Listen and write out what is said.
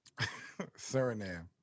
Suriname